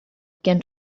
began